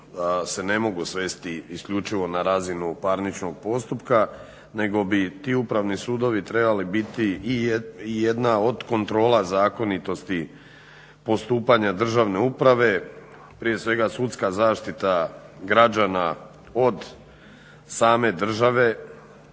se ne mogu svesti isključivo na razinu parničnog postupka nego bi ti upravni sudovi trebali biti i jedna od kontrola zakonitosti postupanja državne uprave. Prije svega sudska zaštita građana od same države,